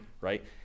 right